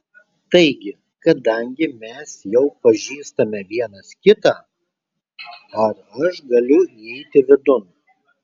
taigi kadangi mes jau pažįstame vienas kitą ar aš galiu įeiti vidun